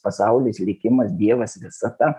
pasaulis likimas dievas visata